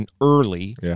early